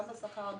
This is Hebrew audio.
גם בשכר,